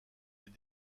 est